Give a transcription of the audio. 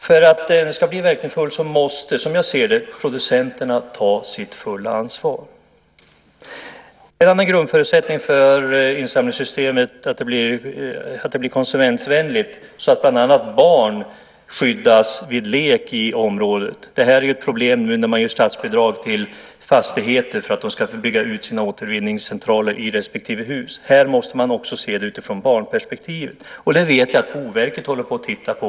För att den ska bli verkningsfull måste, som jag ser det, producenterna ta sitt fulla ansvar. En annan grundförutsättning för att insamlingssystemet ska bli konsumentvänligt är att barn skyddas vid lek i området. Det här är ett problem nu när man ger statsbidrag till fastigheter för att de ska bygga ut sina återvinningscentraler i respektive hus. Här måste man också se det utifrån barnperspektivet. Det vet jag att Boverket håller på och tittar på.